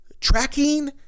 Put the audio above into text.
tracking